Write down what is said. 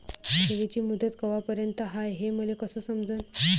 ठेवीची मुदत कवापर्यंत हाय हे मले कस समजन?